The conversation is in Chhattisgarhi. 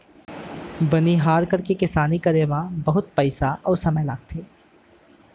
बनिहार करके किसानी करे म बहुत पइसा अउ समय लागथे